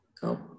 go